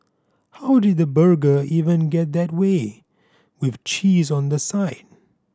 how did the burger even get that way with cheese on the side